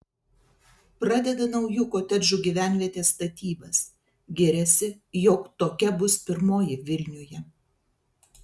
pradeda naujų kotedžų gyvenvietės statybas giriasi jog tokia bus pirmoji vilniuje